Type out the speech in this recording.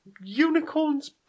Unicorns